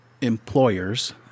employers